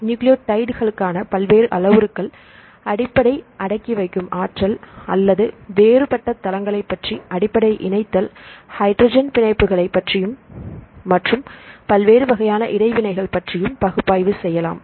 nucleotide களுக்கான பல்வேறு அளவுருக்கள் அடிப்படை அடக்கி வைக்கும் ஆற்றல் அல்லது வேறுபட்ட தளங்களை பற்றி அடிப்படை இணைத்தல் ஹைட்ரஜன் பிணைப்பு களைப் பற்றியும் மற்றும் பல்வேறு வகையான இடைவினைகள் பற்றியும் பகுப்பாய்வு செய்யலாம்